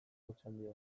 otxandio